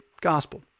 gospel